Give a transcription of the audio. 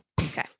Okay